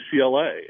UCLA